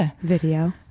video